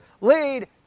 lead